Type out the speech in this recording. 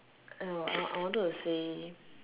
I'll I I wanted to say